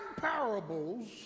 parables